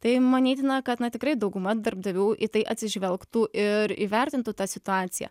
tai manytina kad na tikrai dauguma darbdavių į tai atsižvelgtų ir įvertintų tą situaciją